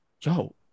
Yo